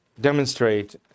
demonstrate